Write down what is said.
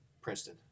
Princeton